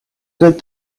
good